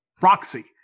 Roxy